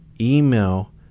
email